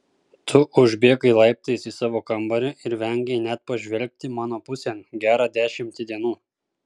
tu užbėgai laiptais į savo kambarį ir vengei net pažvelgti mano pusėn gerą dešimtį dienų